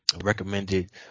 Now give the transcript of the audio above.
recommended